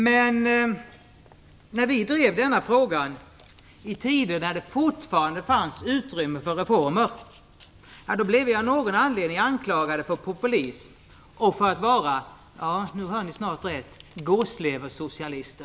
Men när vi drev denna fråga i tider då det fortfarande fanns utrymme för reformer, blev vi av någon anledning anklagade för populism och för att vara - ja, ni hör rätt - gåsleversocialister.